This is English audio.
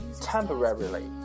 temporarily